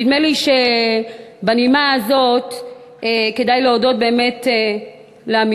נדמה לי שבנימה הזאת כדאי להודות לעמידרור